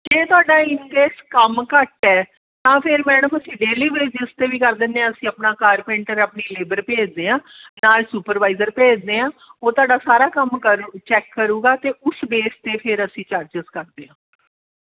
ਜੇ ਤੁਹਾਡਾ in case ਕੰਮ ਘੱਟ ਹੈ ਤਾਂ ਫਿਰ ਮੈਡਮ ਅਸੀਂ ਡੇਲੀ ਵੇਜਸ 'ਤੇ ਵੀ ਕਰ ਦਿੰਦੇ ਆ ਅਸੀਂ ਆਪਣਾ ਕਾਰਪੇਂਟਰ ਹੈ ਆਪਣੀ ਲੇਬਰ ਭੇਜਦੇ ਹਾਂ ਨਾਲ ਸੁਪਰਵਾਈਜ਼ਰ ਭੇਜਦੇ ਹਾਂ ਉਹ ਤੁਹਾਡਾ ਸਾਰਾ ਕੰਮ ਕਰੂ ਚੈੱਕ ਕਰੂਗਾ ਅਤੇ ਉਸ ਬੇਸ 'ਤੇ ਫਿਰ ਅਸੀਂ ਚਾਰਜਿਸ ਕਰਦੇ ਹਾਂ